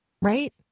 Right